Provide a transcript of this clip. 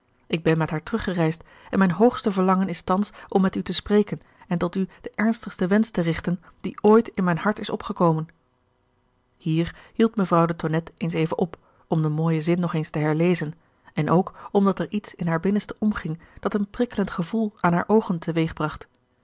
ik ben met haar teruggereisd en mijn hoogste verlangen is thans om met u te spreken en tot u den ernstigsten wensch te richten die ooit in mijn hart is opgekomen hier hield mevrouw de tonnette eens even op om den mooien zin nog eens te herlezen en ook omdat er iets in haar binnenste omging dat een prikkelend gevoel aan hare oogen